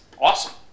awesome